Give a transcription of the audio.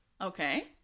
okay